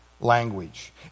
language